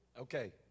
Okay